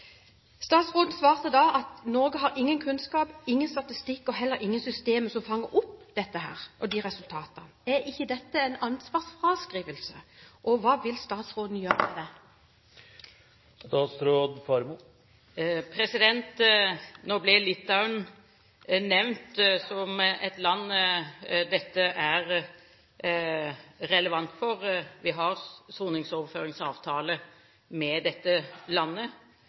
Statsråden svarte da at Norge har ingen kunnskap, ingen statistikk og heller ingen systemer som fanger opp dette og resultatene her. Er ikke dette en ansvarsfraskrivelse? Og hva vil statsråden gjøre med det? Nå ble Litauen nevnt som et land dette er relevant for; vi har soningsoverføringsavtale med dette landet.